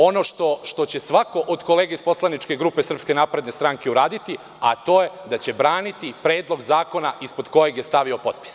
Ono što će svako od kolega iz poslaničke grupe SNS uraditi, to je da će braniti predlog zakona ispod kojeg je stavio potpis.